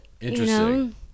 interesting